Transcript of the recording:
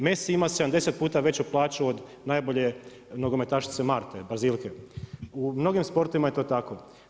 Messi ima 70 puta veću plaću od najbolje nogometašice Marte Brazilke, u mnogim sportovima je to tako.